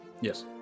Yes